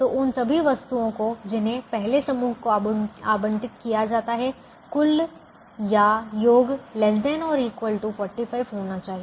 तो उन सभी वस्तुओं को जिन्हें पहले समूह को आवंटित किया जाता है कुल योग ≤ 45 होना चाहिए